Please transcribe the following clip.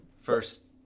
First